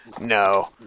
no